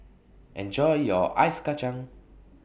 Enjoy your Ice Kacang